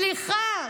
סליחה.